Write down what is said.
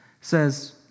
says